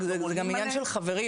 זה גם ענין של חברים,